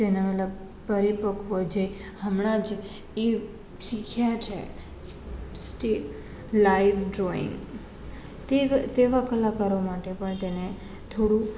તેના વહેલા પરિપક્વ જે હમણાં જ એ શીખ્યા છે સ્ટી લાઈવ ડ્રોઈંગ તે તેવા કલાકારો માટે પણ તેને થોડું